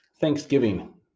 Thanksgiving